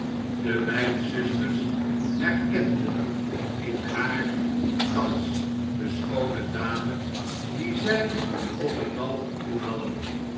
de beide zusters herkenden in haar thans de schoone dame die zij op het bal ontmoet hadden